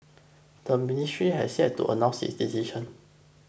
the ministry has yet to announce its decision